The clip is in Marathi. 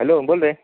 हॅलो बोल रे